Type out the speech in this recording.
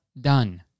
done